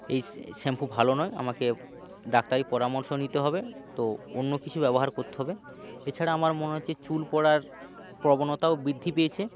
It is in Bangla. এই শ্যাম্পু ভালো নয় আমাকে ডাক্তারি পরামর্শ নিতে হবে তো অন্য কিছু ব্যবহার করতে হবে এছাড়া আমার মনে হচ্ছে চুল পড়ার প্রবণতাও বৃদ্ধি পেয়েছে